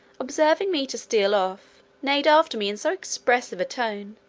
observing me to steal off, neighed after me in so expressive a tone,